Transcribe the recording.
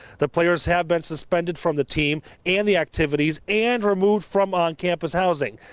the players have been suspended from the team and the activities and removed from on-campus housing.